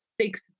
six